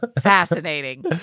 Fascinating